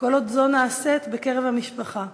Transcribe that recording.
כל עוד זו נעשית בקרב המשפחה.